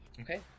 Okay